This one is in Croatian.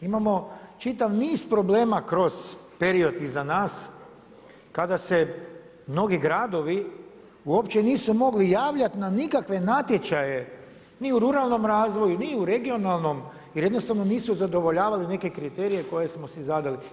Imamo čitav niz problema kroz period iza nas kada se mnogi gradovi uopće nisu migli javljati na nikakve natječaje ni u ruralnom razvoju ni u regionalnom jer jednostavno nisu zadovoljavali neke kriterije koje smo si zadali.